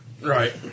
Right